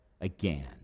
again